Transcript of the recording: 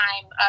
time